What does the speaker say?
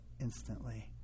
instantly